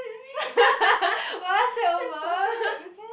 what's takeover